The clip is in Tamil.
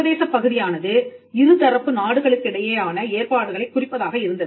சர்வதேசப் பகுதியானது இருதரப்பு நாடுகளுக்கிடையேயான ஏற்பாடுகளைக் குறிப்பதாக இருந்தது